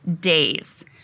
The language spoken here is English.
days